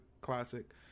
classic